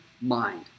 mind